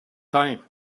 time